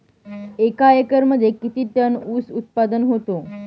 एका एकरमध्ये किती टन ऊस उत्पादन होतो?